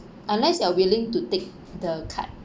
unless you are willing to take the cut